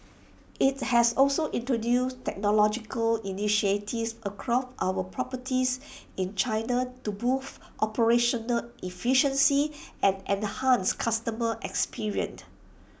IT has also introduced technological initiatives across our properties in China to boost operational efficiency and enhance customer experienced